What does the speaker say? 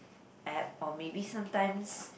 app or maybe sometimes